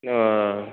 ओ